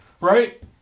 right